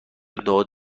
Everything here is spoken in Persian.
داد